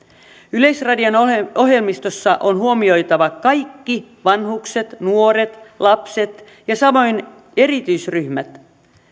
yleisradion ohjelmistossa on huomioitava kaikki vanhukset nuoret lapset ja samoin erityisryhmät